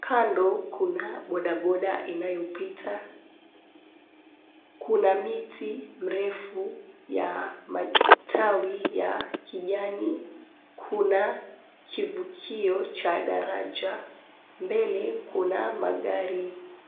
Kando kuna bodaboda inayopita, kuna miti mirefu ya matawi ya kijani, kuna kivukio cha daraja. Mbele kuna magari.